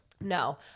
no